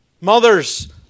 Mothers